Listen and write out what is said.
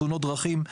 תאונות דרכים,